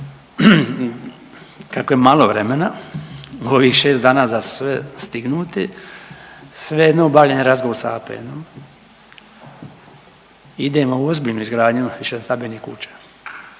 Kako je malo vremena u ovih 6 dana za sve stignuti svejedno obavljen je razgovor sa APN-om. Idemo u ozbiljnu izgradnju višestambenih kuća